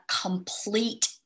complete